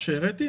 כמו שהראיתי,